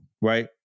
right